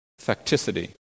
facticity